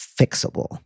fixable